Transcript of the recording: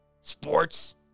sports